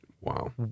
Wow